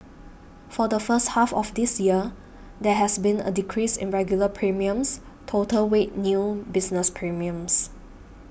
for the first half of this year there has been a decrease in regular premiums total weighed new business premiums